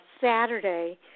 Saturday